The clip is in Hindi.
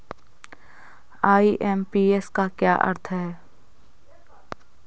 आई.एम.पी.एस का क्या अर्थ है?